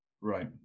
Right